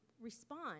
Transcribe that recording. respond